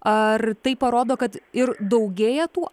ar tai parodo kad ir daugėja tų